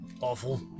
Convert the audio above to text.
awful